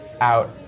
out